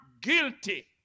guilty